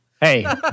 Hey